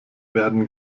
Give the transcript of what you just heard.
werden